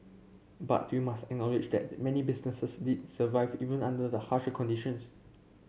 but we must acknowledge that many businesses did survive even under the harsher conditions